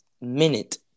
minute